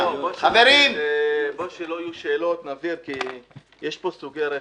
כדי שלא יהיו שאלות נבהיר, כי יש פה סוגי רכב.